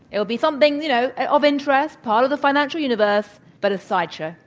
it will be something, you know, of interest, part of the financial universe. but a side show.